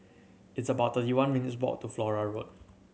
it's about thirty one minutes' walk to Flora Road